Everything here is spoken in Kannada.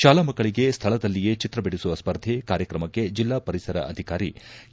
ಶಾಲಾ ಮಕ್ಕಳಗೆ ಸ್ಥಳದಲ್ಲಿಯೆ ಚಿತ್ರ ಬಿಡಿಸುವ ಸ್ಫರ್ಧೆ ಕಾರ್ಯಕ್ರಮಕ್ಕೆ ಜಿಲ್ಲಾ ಪರಿಸರ ಅಧಿಕಾರಿ ಕೆ